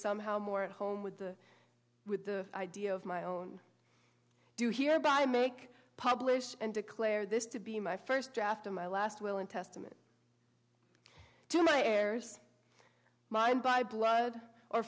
somehow more at home with the with the idea of my own do hereby make publish and declare this to be my first draft of my last will and testament to my heirs mind by blood or